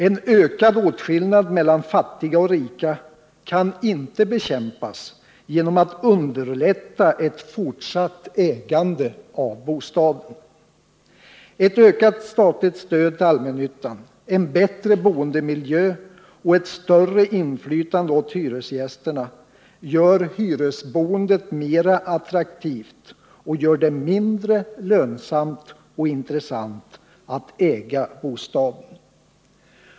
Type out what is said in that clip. En ökning av åtskillnaden mellan fattiga och rika kan inte bekämpas genom att man underlättar ett fortsatt ägande av bostaden. En ökning av det statliga stödet till allmännyttan, en bättre boendemiljö och ett större inflytande för hyresgästerna gör hyresboendet mera attraktivt och gör det mindre lönsamt och intressant att äga bostaden.